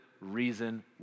reason